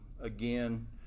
again